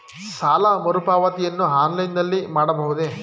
ಸಾಲ ಮರುಪಾವತಿಯನ್ನು ಆನ್ಲೈನ್ ನಲ್ಲಿ ಮಾಡಬಹುದೇ?